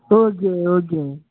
okay okay